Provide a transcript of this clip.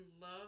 love